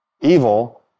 Evil